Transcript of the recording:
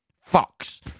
fox